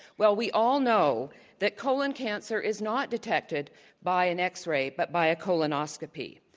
well, we all know that colon cancer is not detected by an x-ray but by a colonoscopy.